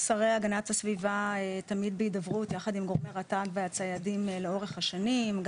שרי הגנת הסביבה תמיד בהידברות יחד עם גורמי רט"ג והציידים לאורך השנים,